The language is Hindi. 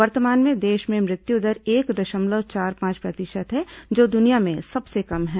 वर्तमान में देश में मृत्यु दर एक दशमलव चार पांच प्रतिशत है जो दुनिया में सबसे कम है